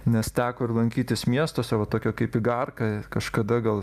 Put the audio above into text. nes teko ir lankytis miestuose va tokio kaip igarka kažkada gal